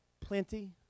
plenty